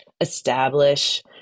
establish